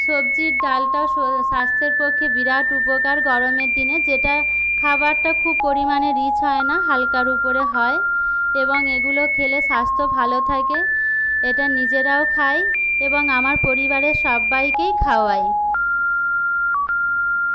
সবজির ডালটা সো স্বাস্থ্যের পক্ষে বিরাট উপকার গরমের দিনে যেটা খাবারটা খুব পরিমাণে রিচ হয় না হালকার উপরে হয় এবং এগুলো খেলে স্বাস্থ্য ভালো থাকে এটা নিজেরাও খাই এবং আমার পরিবারের সব্বাইকেই খাওয়াই